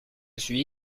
suis